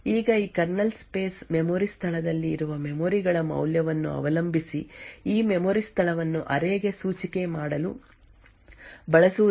ಈಗ ಈ kernel space memory ಸ್ಥಳದಲ್ಲಿ ಇರುವ ಮೆಮೊರಿ ಗಳ ಮೌಲ್ಯವನ್ನು ಅವಲಂಬಿಸಿ ಈ ಮೆಮೊರಿ ಸ್ಥಳವನ್ನು ಅರೇ ಗೆ ಸೂಚಿಕೆ ಮಾಡಲು ಬಳಸುವುದರಿಂದ ಸೂಚ್ಯಂಕದ ಸ್ಥಳವು ಈ ಬಹು ಸೆಟ್ ಗಳಲ್ಲಿ ಒಂದನ್ನು ಪ್ರವೇಶಿಸಬಹುದು